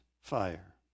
fire